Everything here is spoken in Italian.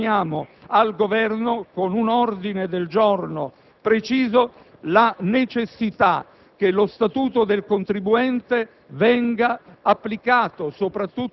sarebbe infantile. Ecco perché rappresentiamo al Governo, con un ordine del giorno preciso, la necessità che lo Statuto dei diritti